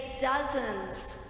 dozens